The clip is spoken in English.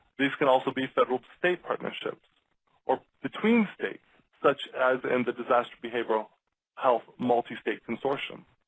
these can also be federal-to-state partnerships or between states such as in the disaster behavioral health multi-state consortium.